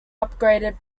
upgraded